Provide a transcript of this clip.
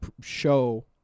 show